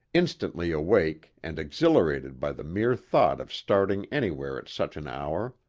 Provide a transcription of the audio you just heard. instantly awake and exhilarated by the mere thought of starting anywhere at such an hour.